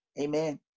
Amen